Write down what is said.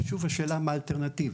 שוב, השאלה היא מה האלטרנטיבה.